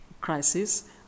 crisis